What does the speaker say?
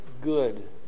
good